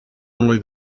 only